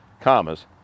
Commas